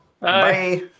Bye